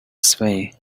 space